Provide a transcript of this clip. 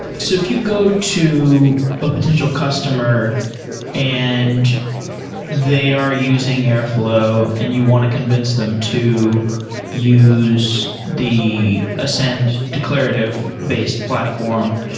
so if you go to a potential customer and they are using airfl ow and you want to convince them to use the ascend declarative-based platform,